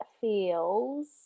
feels